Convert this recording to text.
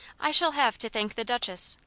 i shall have to thank the duchess.